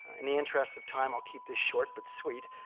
in the interest of time i'll keep this short but sweet.